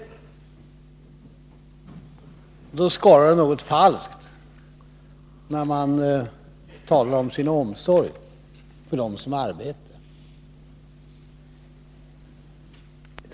Därför skorrar det något falskt, när moderater talar om sin omsorg om dem som har arbete.